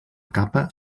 capa